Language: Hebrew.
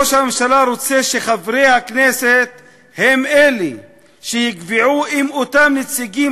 ראש הממשלה רוצה שחברי הכנסת הם שיקבעו אם אותם נציגים